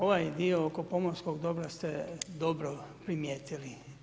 Ovaj dio oko pomorskog dobra ste dobro primijetili.